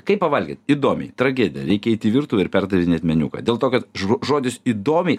kaip pavalgėt idomiai tragedija reikia eit į virtuvę ir perdarinėt meniu dėl to kad žo žodis įdomiai